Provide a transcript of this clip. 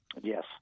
Yes